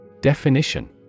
Definition